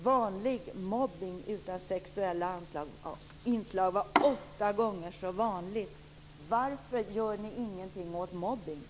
Vanlig mobbning utan sexuella inslag var åtta gånger vanligare. Varför gör ni ingenting åt mobbningen?